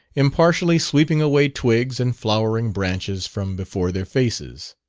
impartially sweeping away twigs and flowering branches from before their faces.